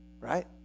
right